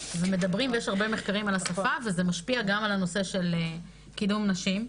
ומדברים ויש הרבה מחקרים על השפה וזה משפיע גם על הנושא של קידום נשים.